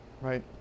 Right